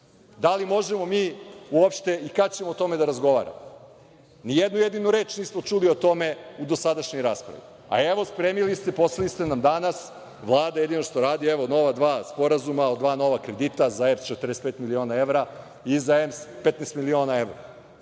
Da li možemo mi uopšte i kada ćemo o tome da razgovaramo? Ni jednu jedinu reč nismo čuli o tome u dosadašnjoj raspravi, a evo spremili ste, poslali ste nam danas, Vlada jedino što radi, evo, nova dva sporazuma o dva nova kredita za EPS – 45 miliona evra i za EMS – 15 miliona evra.